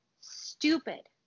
stupid